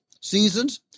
seasons